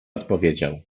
odpowiedział